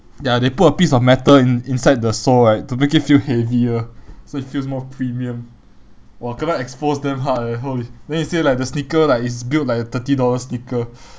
ya they put a piece of metal in~ inside the sole right to make it feel heavier so it feels more premium !wah! kena exposed damn hard eh holy then they say like the sneaker like is built like a thirty dollar sneaker